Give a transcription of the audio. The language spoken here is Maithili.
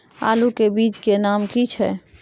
आलू के बीज के नाम की छै?